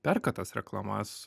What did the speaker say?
perka tas reklamas